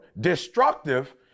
Destructive